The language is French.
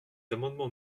amendements